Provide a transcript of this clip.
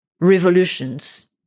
revolutions